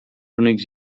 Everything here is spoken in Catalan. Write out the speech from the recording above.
únics